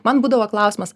man būdavo klausimas